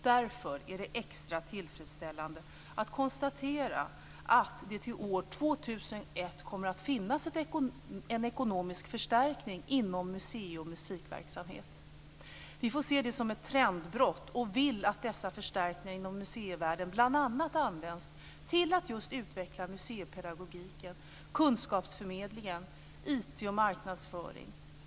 Därför är det extra tillfredsställande att konstatera att det till år 2001 kommer att finnas en ekonomisk förstärkning inom musei och musikverksamhet. Vi får se det som ett trendbrott och vill att dessa förstärkningar inom museivärlden bl.a. används till att just utveckla museipedagogiken, kunskapsförmedlingen, IT och marknadsföring.